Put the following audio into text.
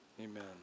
Amen